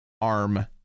ARM